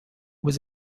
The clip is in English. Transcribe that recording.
was